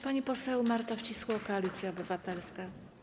Pani poseł Marta Wcisło, Koalicja Obywatelska.